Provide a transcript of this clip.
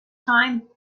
time